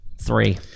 three